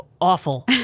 awful